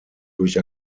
durch